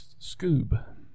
Scoob